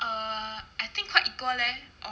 uh I think quite equal leh